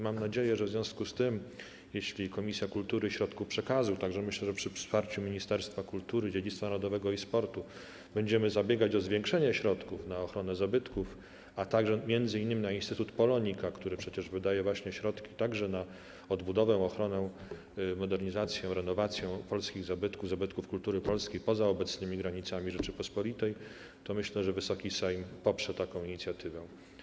Mam nadzieję, że jeśli Komisja Kultury i Środków Przekazu, jak myślę, przy wsparciu Ministerstwa Kultury, Dziedzictwa Narodowego i Sportu, będzie zabiegać o zwiększenie środków na ochronę zabytków, a także m.in. na instytut Polonika, który przecież wydaje środki także na odbudowę, ochronę, modernizację, renowację polskich zabytków, zabytków kultury polskiej poza obecnymi granicami Rzeczypospolitej, Wysoki Sejm poprze taką inicjatywę.